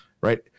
Right